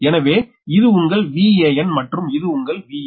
எனவே இது உங்கள் Van மற்றும் இது உங்கள் Van